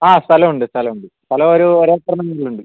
ആ സ്ഥലം ഉണ്ട് സ്ഥലം ഉണ്ട് സ്ഥലം ഒരു ഒര് ഏക്കർ